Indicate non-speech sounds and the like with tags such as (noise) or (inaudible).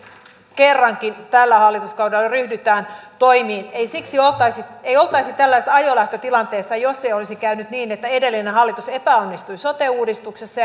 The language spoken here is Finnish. kerrankin tällä hallituskaudella ryhdytään toimiin ei oltaisi tällaisessa ajolähtötilanteessa jos ei olisi käynyt niin että edellinen hallitus epäonnistui sote uudistuksessa (unintelligible)